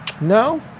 No